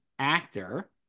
Actor